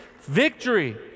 victory